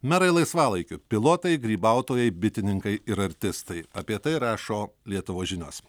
merai laisvalaikiu pilotai grybautojai bitininkai ir artistai apie tai rašo lietuvos žinios